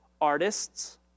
Artists